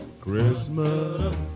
Christmas